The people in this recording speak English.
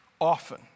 often